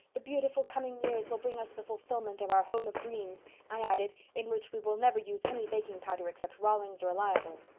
the beautiful coming years will bring us the fulfilment of our home of dreams i added, in which we will never use any baking powder except rollings reliable